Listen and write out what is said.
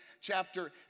chapter